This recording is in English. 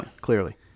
clearly